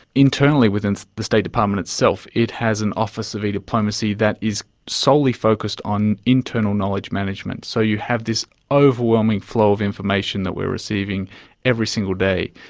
internally within the state department itself it has an office of e-diplomacy that is solely focused on internal knowledge management. so you have this overwhelming flow of information that we are receiving every single day,